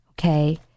Okay